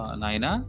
naina